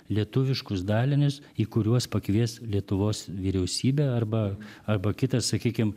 lietuviškus dalinius į kuriuos pakvies lietuvos vyriausybė arba arba kitas sakykim